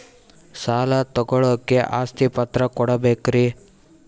ಸಾಲ ತೋಳಕ್ಕೆ ಆಸ್ತಿ ಪತ್ರ ಕೊಡಬೇಕರಿ?